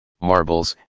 marbles